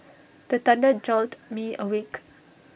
the thunder jolt me awake